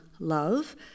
love